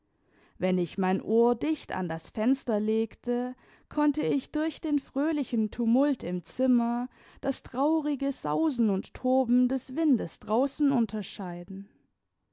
wenn ich mein ohr dicht an das fenster legte konnte ich durch den fröhlichen tumult im zimmer das traurige sausen und toben des windes draußen unterscheiden